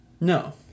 No